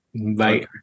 Bye